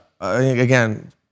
again